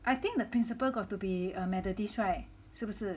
I think the principal got to be a methodist [right] 是不是